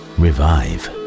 revive